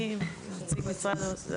אוקיי, מי נציג משרד האוצר?